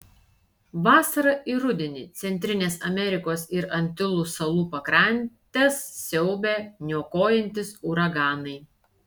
vasarą ir rudenį centrinės amerikos ir antilų salų pakrantes siaubia niokojantys uraganai